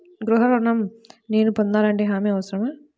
గృహ ఋణం నేను పొందాలంటే హామీ అవసరమా?